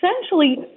essentially